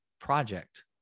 Project